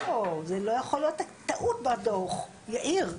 לא, זה לא יכול להיות טעות בדו"ח, יאיר.